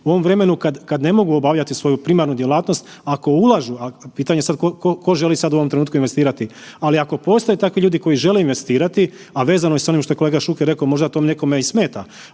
u ovom vremenu kad ne mogu obavljati svoju primarnu djelatnost, ako ulažu, a pitanje tko želi sad u ovom trenutku investirati, ali ako postoje takvi ljudi koji žele investirati, a vezano je onim što je kolega Šuker rekao možda to nekome i smeta,